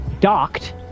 docked